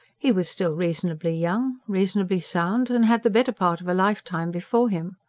he was still reasonably young, reasonably sound, and had the better part of a lifetime before him.